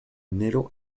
enero